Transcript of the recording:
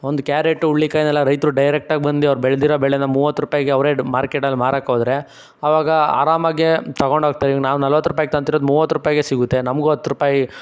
ಒಂದು ಕ್ಯಾರೆಟ್ ಹುರುಳಿಕಾಯಿನೆಲ್ಲ ರೈತರು ಡೈರೆಕ್ಟಾಗಿ ಬಂದು ಅವ್ರು ಬೆಳೆದಿರೋ ಬೆಳೆನ ಮೂವತ್ತು ರೂಪಾಯಿಗೆ ಅವರೇ ಮಾರ್ಕೆಟಲ್ಲಿ ಮಾರೋಕೆ ಹೋದರೆ ಆವಾಗ ಆರಾಮಾಗೇ ತಗೊಂಡು ಹೋಗ್ತೀನಿ ನಾವು ನಲವತ್ತು ರೂಪಾಯಿಗೆ ತಂತಿರೋದು ಮೂವತ್ತು ರೂಪಾಯಿಗೆ ಸಿಗುತ್ತೆ ನಮಗೂ ಹತ್ತು ರೂಪಾಯಿ